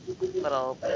little